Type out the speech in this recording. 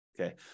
Okay